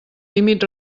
límit